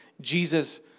Jesus